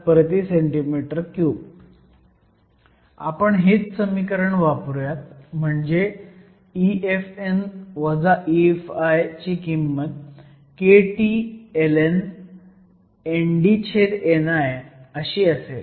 आपण हेच समीकरण वापरूयात म्हणजे EFn EFi ची किंमत kT ln NDni अशी असेल